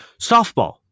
softball